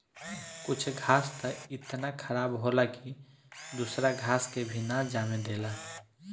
कुछ घास त इतना खराब होला की दूसरा घास के भी ना जामे देला